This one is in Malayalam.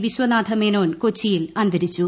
വിശ്വനാഥമേനോൻ കൊച്ചിയിൽ അന്തരിച്ചു